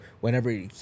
whenever